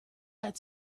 had